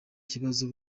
kibazo